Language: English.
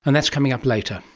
and that's coming up later,